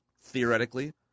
theoretically